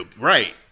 Right